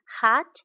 hot